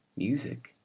music,